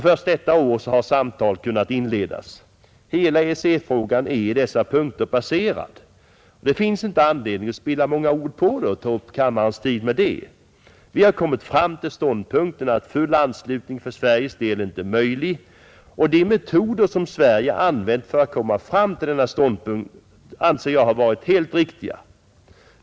Först detta år har samtal kunnat inledas. Hela EEC-frågan är i dessa punkter passerad och det finns inte anledning att ta upp kammarens tid med att spilla många ord på detta. Vi har kommit fram till ståndpunkten att full anslutning för Sveriges del inte är möjlig. De metoder som Sverige använt för att komma fram till denna ståndpunkt anser jag har varit helt riktiga.